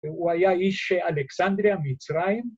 ‫והוא היה איש אלכסנדריה, מצרים.